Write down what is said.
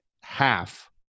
half